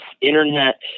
internet